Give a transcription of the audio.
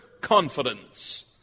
confidence